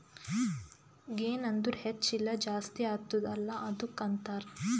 ಗೆನ್ ಅಂದುರ್ ಹೆಚ್ಚ ಇಲ್ಲ ಜಾಸ್ತಿ ಆತ್ತುದ ಅಲ್ಲಾ ಅದ್ದುಕ ಅಂತಾರ್